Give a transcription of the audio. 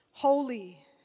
holy